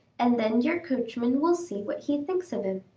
and then your coachman will see what he thinks of him.